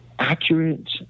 Accurate